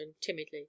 timidly